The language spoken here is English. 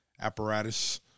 apparatus